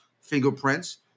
fingerprints